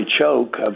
choke